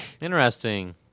Interesting